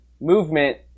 movement